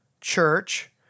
church